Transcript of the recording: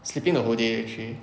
sleeping the whole day actually